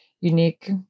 unique